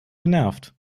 genervt